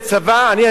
אני הייתי בצבא,